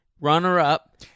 runner-up